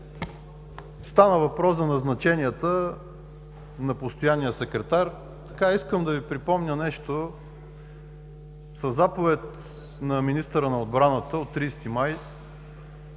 Става въпрос за назначенията на постоянния секретар. Искам да Ви припомня нещо. Със заповед на министъра на отбраната от 30 май